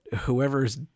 whoever's